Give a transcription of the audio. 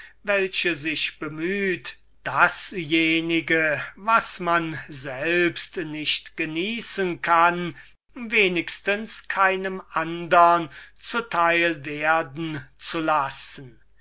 die sich bemüht dasjenige was man selbst nicht genießen kann wenigstens keinem andern zu teil werden zu lassen